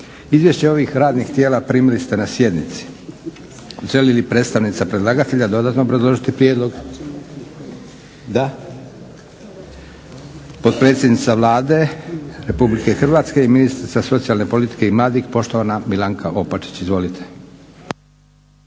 Izvješće ovih radnih tijela primili ste na sjednici. Želi li predstavnica predlagatelja dodatno obrazložiti prijedlog? Da. Potpredsjednica Vlade Republike Hrvatske i ministrica socijalne politike i mladih, poštovana Milanka Opačić. Izvolite.